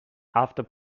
after